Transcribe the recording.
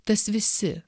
tas visi